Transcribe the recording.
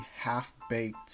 half-baked